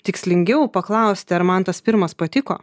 tikslingiau paklausti ar man tas pirmas patiko